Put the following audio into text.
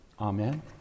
Amen